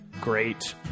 great